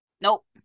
Nope